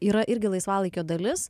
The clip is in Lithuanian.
yra irgi laisvalaikio dalis